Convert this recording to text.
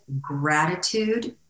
gratitude